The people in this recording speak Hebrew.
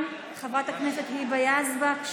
חברת הכנסת היבה יזבק.